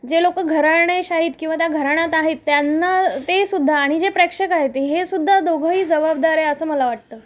जे लोकं घराणेशाहीत किंवा त्या घराण्यात आहेत त्यांना तेसुद्धा आणि जे प्रेक्षक आहेत हेसुद्धा दोघंही जबाबदार आहे असं मला वाटतं